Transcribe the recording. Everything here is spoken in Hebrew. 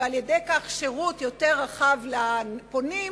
ועל-ידי כך שירות יותר רחב לפונים,